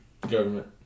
Government